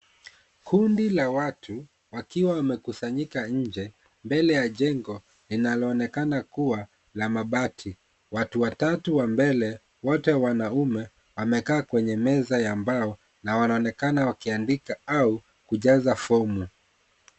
Kundi la watu wakiwa wamekusanyika nje mbele ya jengo linaloonekana kuwa la mabati. Watu watatu wa mbele wote wanaume wamekaa kwenye meza ya mbao na wanaonekana wakiandika au kujaza fomu.